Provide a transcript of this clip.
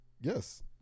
yes